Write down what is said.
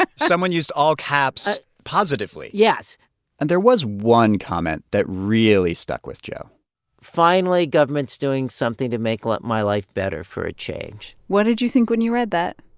ah someone used all caps positively? yes and there was one comment that really stuck with joe finally, government's doing something to make my life better for a change what did you think when you read that?